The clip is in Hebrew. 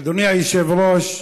אדוני היושב-ראש,